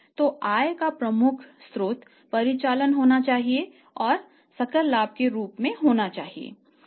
तो आय का प्रमुख स्रोत परिचालन होना चाहिए और सकल लाभ के रूप में होना चाहिए